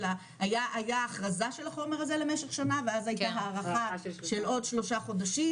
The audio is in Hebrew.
היה הכרזה של החומר הזה למשך שנה ואז הייתה הארכה של עוד שלושה חודשים